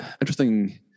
interesting